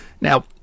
Now